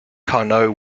carnot